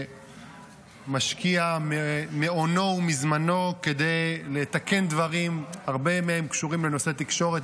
שמשקיע מאונו ומזמנו כדי לתקן דברים שהרבה מהם קשורים בנושא התקשורת,